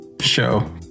show